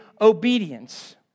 obedience